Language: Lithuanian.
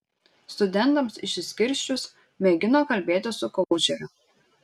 studentams išsiskirsčius mėgino kalbėtis su koučeriu